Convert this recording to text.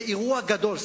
זה אירוע גדול,